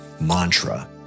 mantra